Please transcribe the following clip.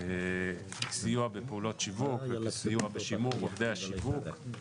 סיוע בפעולות שיווק וסיוע בשימור עובדי השיווק,